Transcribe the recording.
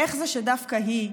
איך זה שדווקא היא,